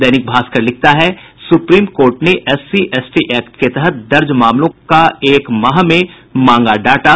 दैनिक भास्कर लिखता है Supreme Court ने एससी एसटी एक्ट के तहत दर्ज मामलों का एक माह में मांगा डाटा